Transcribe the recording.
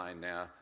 now